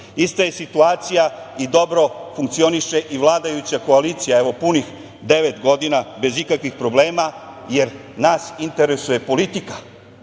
Ista je situacija i dobro funkcioniše i vladajuća koalicija, evo punih devet godina, bez ikakvih problema, jer nas interesuje politika,